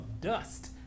dust